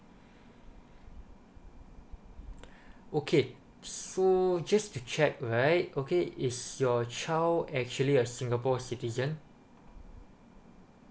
okay so just to check right okay is your child actually a singapore citizen